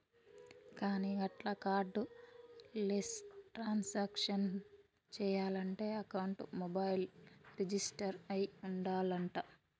కానీ గట్ల cardless transaction చేయాలంటే అకౌంట్ మొబైల్ రిజిస్టర్ అయి ఉండాలంట